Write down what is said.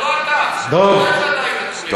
זה סדר עדיפויות של הממשלה,